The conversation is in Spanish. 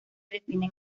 definen